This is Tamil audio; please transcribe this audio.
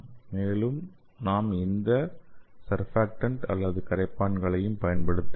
மேலும் நாங்கள் எந்த சர்பாக்டண்ட் அல்லது கரைப்பான்களையும் பயன்படுத்தவில்லை